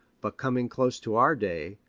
but coming close to our day,